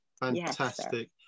Fantastic